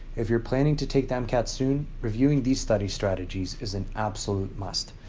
if you're planning to take the mcat soon, reviewing these study strategies is an absolute must.